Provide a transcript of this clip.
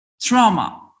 trauma